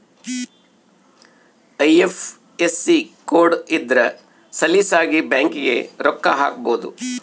IFSC code ಇದ್ರ ಸಲೀಸಾಗಿ ಬ್ಯಾಂಕಿಗೆ ರೊಕ್ಕ ಹಾಕ್ಬೊದು